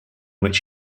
which